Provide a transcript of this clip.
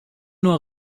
nur